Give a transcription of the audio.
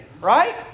right